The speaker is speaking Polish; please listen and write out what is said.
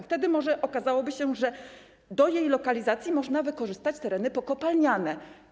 Wtedy może okazałoby się, że do jej lokalizacji da się wykorzystać tereny pokopalniane.